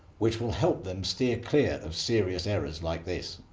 which will help them steer clear of serious errors like this.